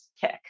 kick